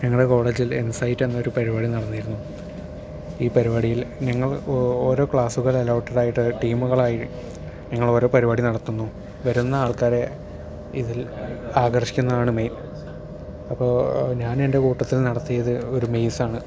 ഞങ്ങളുടെ കോളേജിൽ ഇൻസൈറ്റ് എന്ന പരിപാടി നടന്നിരുന്നു ഈ പരുപാടിയിൽ ഞങ്ങൾ ഓരോരോ ക്ലാസുകളിൽ അലൗട്ട് ആയ ടീമുകളായി ഞങ്ങൾ ഓരോ പരിപാടി നടത്തുന്നു വരുന്ന ആൾക്കാരെ ഇതിൽ ആകർഷിക്കുന്നതാണ് മെയിൻ അപ്പോൾ ഞാൻ എൻ്റെ കൂട്ടത്തിൽ നടത്തിയത് ഒരു മെയ്സാണ്